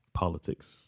politics